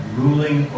ruling